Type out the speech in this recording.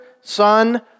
Son